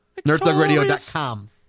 nerdthugradio.com